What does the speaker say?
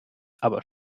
aber